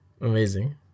Amazing